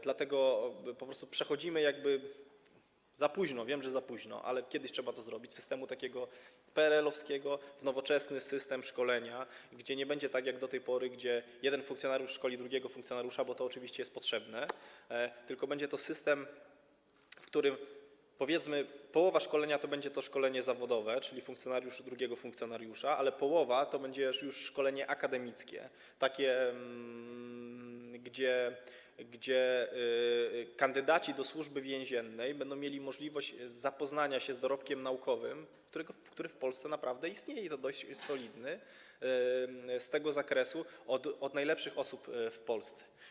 Dlatego po prostu przechodzimy - za późno, wiem, że za późno, ale kiedyś trzeba to zrobić - z systemu PRL-owskiego na nowoczesny system szkolenia, gdzie nie będzie tak jak do tej pory, że jeden funkcjonariusz szkoli drugiego funkcjonariusza, choć to oczywiście jest potrzebne, tylko będzie to system, w którym, powiedzmy, połowa szkolenia będzie tym szkoleniem zawodowym, czyli funkcjonariusz będzie szkolił drugiego funkcjonariusza, ale druga połowa będzie już szkoleniem akademickim, gdzie kandydaci do Służby Więziennej będą mieli możliwość zapoznania się z dorobkiem naukowym, który w Polsce naprawdę istnieje i jest dość solidny, z tego zakresu, uczenia się od najlepszych osób w Polsce.